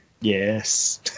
yes